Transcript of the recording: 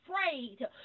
afraid